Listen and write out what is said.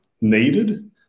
needed